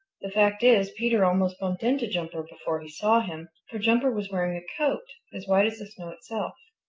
the fact is, peter almost bumped into jumper before he saw him, for jumper was wearing a coat as white as the snow itself.